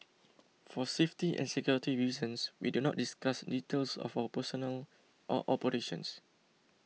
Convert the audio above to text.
for safety and security reasons we do not discuss details of our personnel or operations